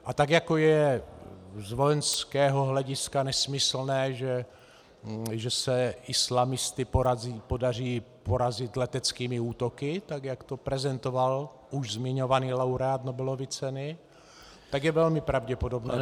A tak jako je z vojenského hlediska nesmyslné, že se islamisty podaří porazit leteckými útoky, jak to prezentoval už zmiňovaný laureát Nobelovy ceny, tak je velmi pravděpodobné